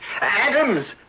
Adams